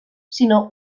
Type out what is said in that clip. sinó